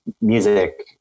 music